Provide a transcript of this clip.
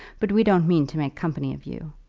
but we don't mean to make company of you.